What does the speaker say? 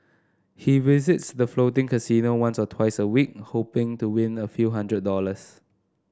he visits the floating casino once or twice a week hoping to win a few hundred dollars